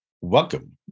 welcome